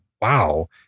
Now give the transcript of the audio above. wow